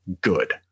good